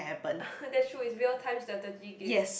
that's true it's beyond time strategy game